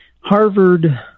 Harvard